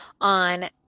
on